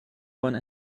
one